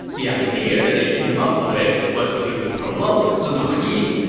the idea they came up with was to promote sima yi.